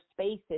spaces